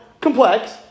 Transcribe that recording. complex